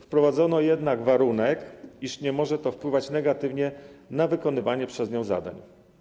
Wprowadzono jednak warunek, iż nie może to wpływać negatywnie na wykonywanie przez nią zadań.